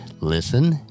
listen